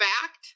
fact